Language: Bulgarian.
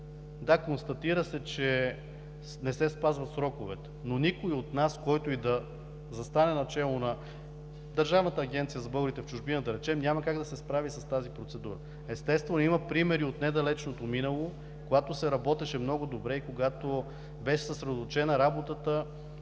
Да, констатира се, че не се спазват сроковете, но никой от нас, който и да застане начело на Държавната агенция за българите в чужбина, да речем, няма как да се справи с тази процедура. Естествено, има примери от недалечното минало, когато се работеше много добре и когато работата беше съсредоточена в